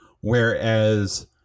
whereas